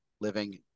living